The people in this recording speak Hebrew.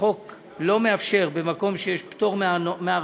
החוק לא מאפשר במקום שיש פטור מארנונה,